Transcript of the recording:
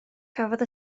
cafodd